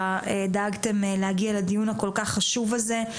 שדאגתם להגיע לדיון הכל כך חשוב הזה.